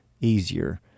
easier